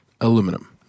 Aluminum